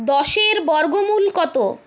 দশের বর্গমূল কত